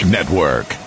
Network